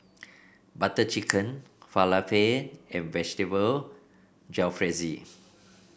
Butter Chicken Falafel and Vegetable Jalfrezi